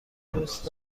دوست